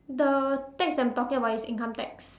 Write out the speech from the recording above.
the tax that I'm talking about is income tax